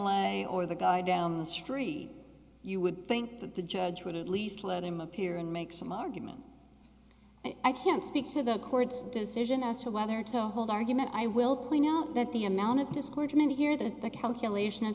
lead or the guy down the street you would think that the judge would at least let him appear and make some argument i can't speak to the court's decision as to whether to hold argument i will plea not that the amount of discouragement here the calculation